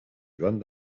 joan